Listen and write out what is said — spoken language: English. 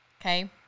Okay